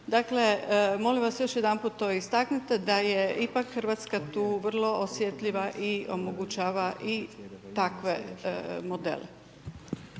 Dakle, molim vas još jedanput to istaknite, da je ipak Hrvatska tu vrlo osjetljiva i omogućava i takve modele.